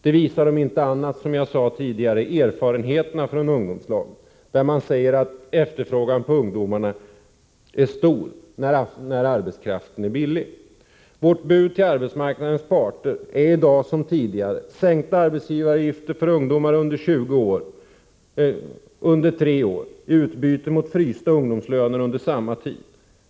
Det visar om inte annat erfarenheterna från ungdomslagen, där man säger att efterfrågan på ungdomar är stor när arbetskraften är billig. Vårt bud till arbetsmarknadens parter är, i dag som tidigare, sänkta arbetsgivaravgifter under tre år för ungdomar under 20 år, i utbyte mot frysta ungdomslöner under samma tid.